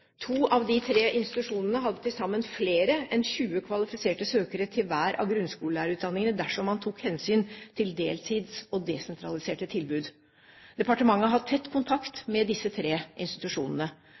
To av de tre institusjonene hadde til sammen flere enn 20 kvalifiserte søkere til hver av grunnskolelærerutdanningene dersom man tok hensyn til deltidstilbud og desentraliserte tilbud. Departementet har hatt tett kontakt